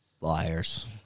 liars